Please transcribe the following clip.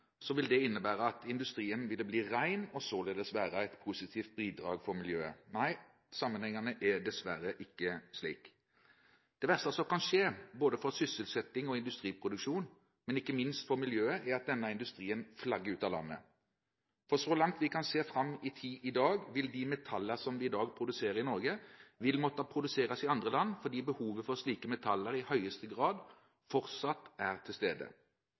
så langt vi kan se fram i tid i dag, vil de metaller som man i dag produserer i Norge, måtte produseres i andre land fordi behovet for slike metaller i høyeste grad fortsatt er til stede.